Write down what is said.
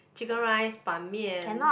Chicken Rice ban mian